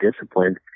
disciplined